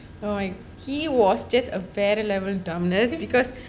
oh my he was just a வேற:vera level dumb because